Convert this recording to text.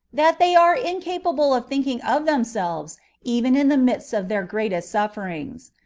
that they are incapable of thinking of themselves even in the midst of their greatest sufferings.